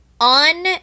On